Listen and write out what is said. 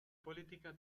política